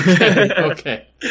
Okay